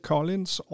Collins